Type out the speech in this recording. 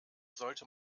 sollte